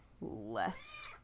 less